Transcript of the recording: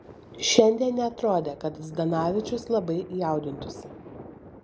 šiandien neatrodė kad zdanavičius labai jaudintųsi